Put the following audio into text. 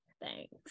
thanks